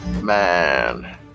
Man